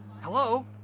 Hello